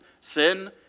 sin